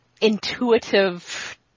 intuitive